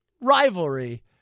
rivalry